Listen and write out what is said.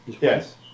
Yes